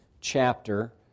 chapter